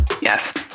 Yes